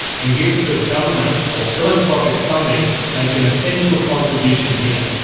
and gifts of government or philanthropic funding make an essential contribution here.